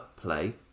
play